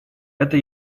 это